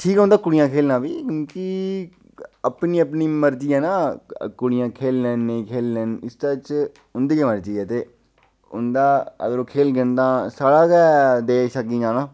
ठीक रौंह्दा कुड़ियां खेढना बी अपनी अपनी मर्जी ऐ ना कुड़ियां खेढन नेईं खेढन इस दे च उं'दी गै मर्जी ऐ उं'दा अगर ओह् खेढङन तां साढ़ा गै देश अग्गें जाना